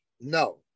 no